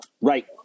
Right